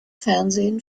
fernsehen